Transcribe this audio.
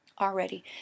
already